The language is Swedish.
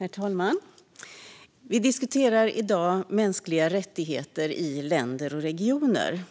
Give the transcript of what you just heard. Herr talman! Vi diskuterar i dag mänskliga rättigheter i länder och regioner.